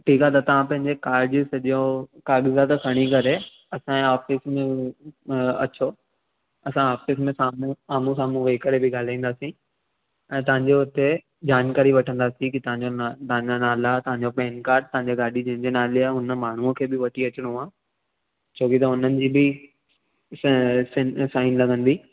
ठीकु आहे त तव्हां पंहिंजे कार जी सॼो कागज़ात खणी करे असांजे ऑफ़िस में अचो असां ऑफ़िस में साम्हूं आम्हूं साम्हूं वेही करे बि ॻाल्हाईंदासीं ऐं तव्हांजो उते जानकारी वठंदासीं कि तव्हांजो तव्हांजा नाला तव्हांजो पेन कार्ड तव्हांजो गाॾी जंहिंजे नाले आहे उन माण्हूअ खे बि वठी अचिणो आहे छोकी त हुननि जी बि साइन लॻंदी